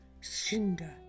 Cinder